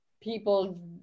people